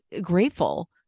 grateful